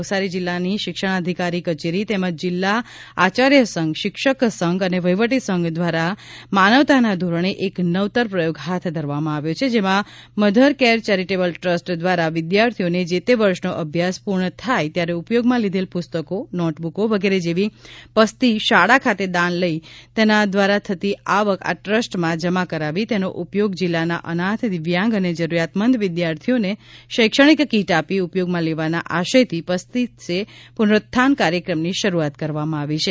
નવસારી જિલ્લાની શિક્ષણાધિકારી કચેરી તેમજ જિલ્લા આચાર્યસંધ શિક્ષકસંધ અને વહીવટી સંધ દ્વારા માનવતાના ધોરણે એક નવતર પ્રયોગ હાથ ધરવામાં આવ્યો જેમાં મધર કેર ચેરીટેબલ ટ્રસ્ટ દ્વારા વિઘાર્થીઓનો જે તે વર્ષનો અભ્યાસ પૂર્ણ થાય ત્યારે ઉપયોગમાં લીધેલ પુસ્તકો નોટબુકો વગેરે જેવી પસ્તી શાળા ખાતે દાન લઇ તેના દ્વારા થતી આવક આ ટ્રસ્ટમાં જમા કરાવી તેનો ઉપયોગ જિલ્લાના અનાથ દિવ્યાંગ અને જરૂરિયાતમંદ વિઘાર્થીઓને શૈક્ષણિક કીટ આપી ઉપયોગમાં લેવાના આશયથી પસ્તી તે પુનરૂથ્થાન કાર્યક્રમની શરૂઆત કરવામાં આવી છે